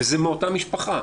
וזה מאותה משפחה.